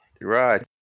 Right